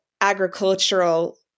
agricultural